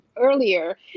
earlier